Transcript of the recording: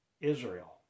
Israel